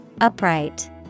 Upright